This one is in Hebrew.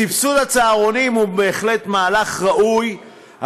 סבסוד הצהרונים הוא בהחלט מהלך ראוי.